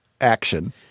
action